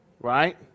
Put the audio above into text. right